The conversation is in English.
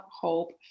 hope